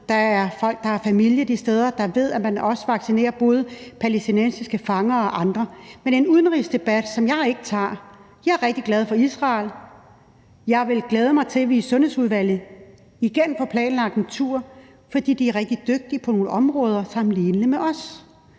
der har familie de steder – at man vaccinerer både palæstinensiske fanger og andre. Men det er en udenrigspolitisk debat, som jeg ikke tager. Jeg er rigtig glad for Israel, og jeg vil glæde mig til, at vi i Sundhedsudvalget igen får planlagt en tur dertil, for de er rigtig dygtige på nogle områder, der er sammenlignelige med vores.